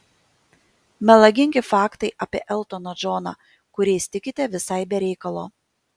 melagingi faktai apie eltoną džoną kuriais tikite visai be reikalo